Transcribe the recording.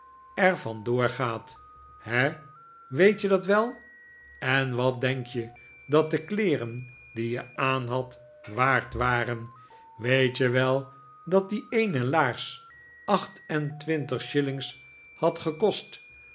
gaat he weet je dat wel en wat denk je dat de kleeren die je aanhad waard waren weet je wel dat die eene laars acht en twintig shillings had gekost